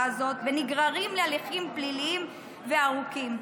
הזאת ונגררים להליכים פליליים וארוכים.